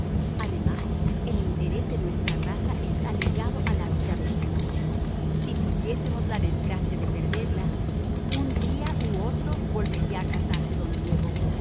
además el interés de nuestra raza está ligado a la vida de esa niña si tuviésemos la desgracia de perderla un día u otro volvería a casarse don diego